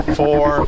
four